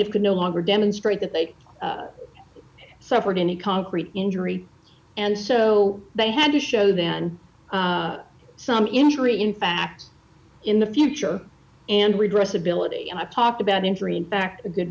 could no longer demonstrate that they are suffered any concrete injury and so they had to show then some injury in fact in the future and redress ability and i talked about injury in fact a good